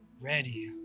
ready